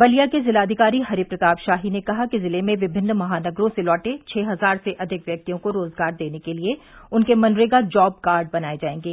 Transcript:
बलिया के जिलाधिकारी हरि प्रताप शाही ने कहा कि जिले में विभिन्न महानगरों से लौटे छह हजार से अधिक व्यक्तियों को रोजगार देने के लिए उनके मनरेगा जॉब कार्ड बनाए जाएंगे